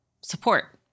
support